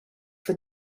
for